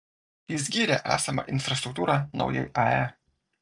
jis gyrė esamą infrastruktūrą naujai ae